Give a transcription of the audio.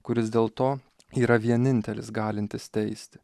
kuris dėl to yra vienintelis galintis teisti